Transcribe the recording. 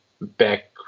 back